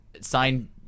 sign